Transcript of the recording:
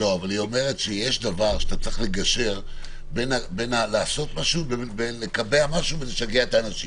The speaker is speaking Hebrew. היא אומרת שיש דבר שאתה צריך לגשר בין לקבע משהו לשגע את האנשים.